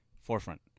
forefront